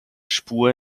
spur